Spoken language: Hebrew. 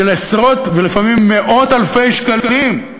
של עשרות ולפעמים מאות אלפי שקלים,